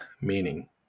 meaning